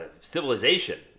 civilization